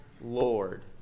Lord